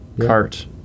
cart